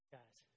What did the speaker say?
Guys